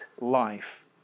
life